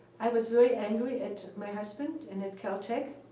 i was very angry at my husband and at caltech.